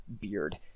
beard